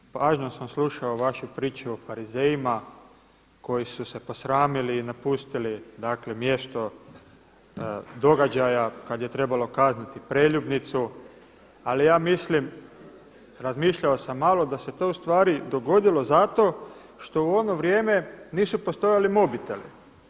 Pažljivo sam slušao vašu priču o farizejima koji su se posramili i napustili mjesto događaja kada je trebalo kazniti preljubnicu, ali ja mislim razmišljao sam malo da se to ustvari dogodilo zato što u ono vrijeme nisu postojali mobiteli.